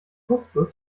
kuskus